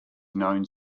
known